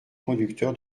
conducteur